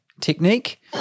technique